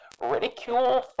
Ridicule